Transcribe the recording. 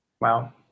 Wow